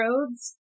roads